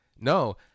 no